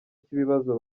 cy’ibibazo